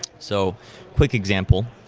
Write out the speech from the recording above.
so quick example,